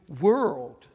world